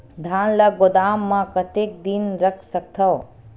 धान ल गोदाम म कतेक दिन रख सकथव?